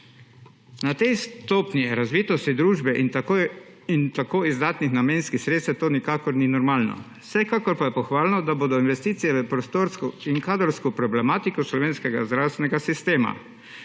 Na tej stopnji razvitosti družbe in tako izdatnih namenskih sredstev to nikakor ni normalno. Vsekakor pa je pohvalno, da bodo investicije v prostorsko in kadrovsko problematiko slovenskega zdravstvenega sistema.